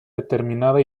determinada